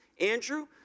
Andrew